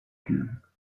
cuve